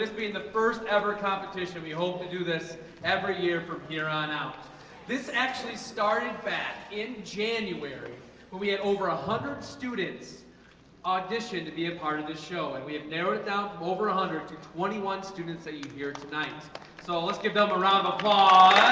it's been the first ever competition we hope to do this every year from here on out this actually started back in january when we had over a hundred students audition to be a part of this show and we have narrowed it down over one hundred to twenty one students that you hear tonight so let's give them a round of applause